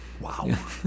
Wow